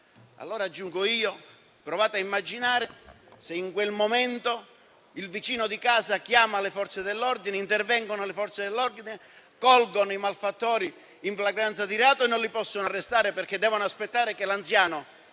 Aggiungo: provate a immaginare se in quel momento il vicino di casa chiama le Forze dell'ordine, che intervengono, colgono i malfattori in flagranza di reato e non li possono arrestare perché devono aspettare che l'anziano